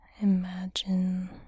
imagine